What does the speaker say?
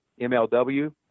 MLW